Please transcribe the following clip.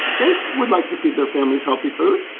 they would like to feed their families healthy food.